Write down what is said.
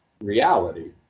reality